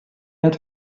had